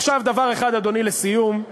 עכשיו דבר אחד, אדוני, לסיום.